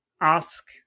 ask